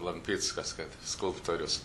lampickas kad skulptorius